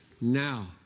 now